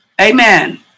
Amen